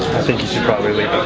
think you should probably leave